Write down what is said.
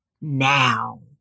now